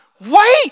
wait